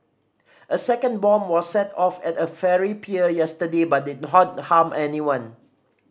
a second bomb was set off at a ferry pier yesterday but didn't harm anyone